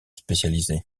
spécialisés